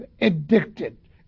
addicted